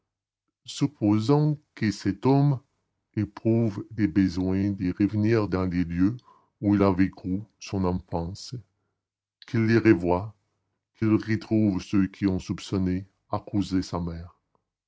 cours supposons que cet homme éprouve le besoin de revenir dans les lieux où il a vécu son enfance qu'il les revoie qu'il retrouve ceux qui ont soupçonné accusé sa mère